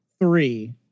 three